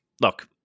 look